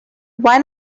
why